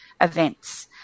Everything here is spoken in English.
events